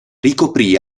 ricoprì